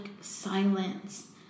silence